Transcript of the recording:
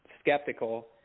skeptical